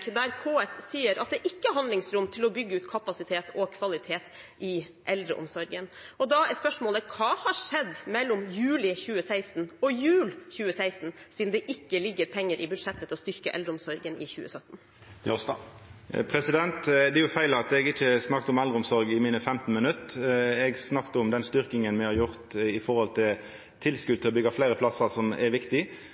der KS sier at det ikke er handlingsrom til å bygge ut kapasitet og kvalitet i eldreomsorgen. Da er spørsmålet: Hva har skjedd mellom juli 2016 og jul 2016, siden det ikke ligger penger i budsjettet til å styrke eldreomsorgen i 2017? Det er feil at eg ikkje snakka om eldreomsorg i mine 15 minutt. Eg snakka om den styrkinga me har gjort i form av tilskot til